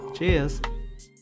Cheers